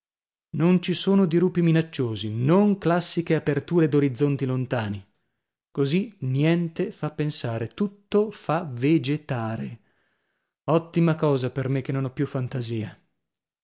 non ci sono dirupi minacciosi non classiche aperture d'orizzonti lontani così niente fa pensare tutto fa vegetare ottima cosa per me che non ho più fantasia